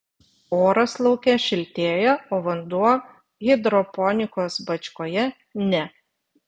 oras lauke šiltėja o vanduo hidroponikos bačkoje ne